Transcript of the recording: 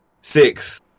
six